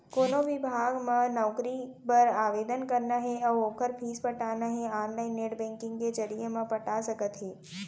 कोनो बिभाग म नउकरी बर आवेदन करना हे अउ ओखर फीस पटाना हे ऑनलाईन नेट बैंकिंग के जरिए म पटा सकत हे